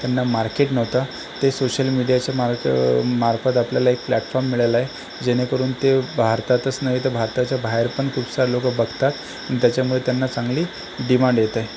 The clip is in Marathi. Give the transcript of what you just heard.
त्यांना मार्केट नव्हतं ते सोशल मीडियाच्या मार्क मार्फत आपल्याला एक प्लॅटफॉर्म मिळाला आहे जेणेकरून ते भारतातच नाही तर भारताच्या बाहेर पण खूप सारे लोक बघतात त्याच्यामुळे त्यांना चांगली डिमांड येत आहे